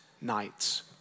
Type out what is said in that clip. nights